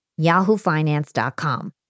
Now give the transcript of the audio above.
yahoofinance.com